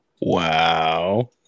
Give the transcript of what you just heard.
Wow